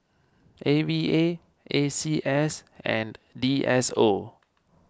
A V A A C S and D S O